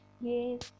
yes